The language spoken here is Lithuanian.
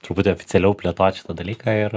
truputį oficialiau plėtot šitą dalyką ir